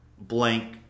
blank